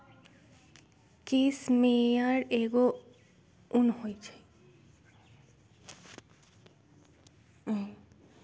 case मेयर एगो उन होई छई